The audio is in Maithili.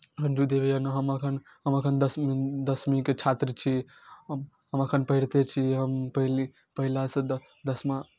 रञ्जू देवी यए हम एखन हम एखन दस दसमीके छात्र छी हम हम एखन पढ़िते छी हम पहली पहिलासँ द दसमा